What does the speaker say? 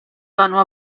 vanno